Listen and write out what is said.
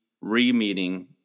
re-meeting